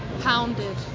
pounded